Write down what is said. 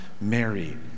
Mary